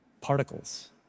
particles